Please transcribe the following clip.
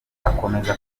akomeza